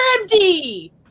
empty